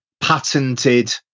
patented